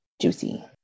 juicy